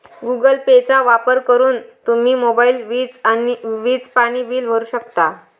Google पेचा वापर करून तुम्ही मोबाईल, वीज, पाणी बिल भरू शकता